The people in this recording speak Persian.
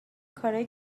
کارایی